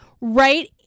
right